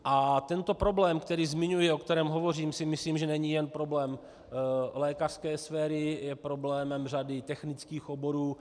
A tento problém, který zmiňuji, o kterém hovořím, si myslím, že není jen problém lékařské sféry, je problémem řady technických oborů.